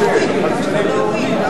לשנת הכספים 2011,